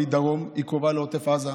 והיא קרובה לעוטף עזה,